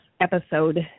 episode